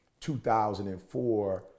2004